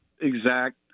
exact